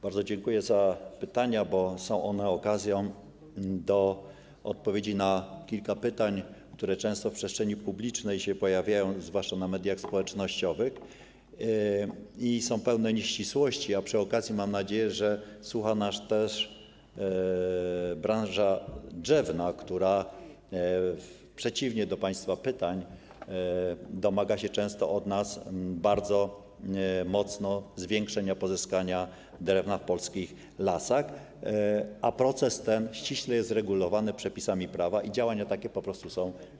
Bardzo dziękuję za tę wypowiedź, bo jest ona okazją do odpowiedzi na kilka pytań, które często w przestrzeni publicznej się pojawiają, zwłaszcza w mediach społecznościowych, i są pełne nieścisłości, a przy okazji mam nadzieję, że słucha nas też branża drzewna, która w przeciwieństwie do państwa domaga się często bardzo mocno od nas zwiększenia pozyskania drewna w polskich lasach, a proces ten jest ściśle regulowany przepisami prawa i działania takie są po prostu są